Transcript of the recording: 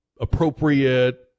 appropriate